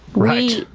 right.